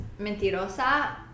Mentirosa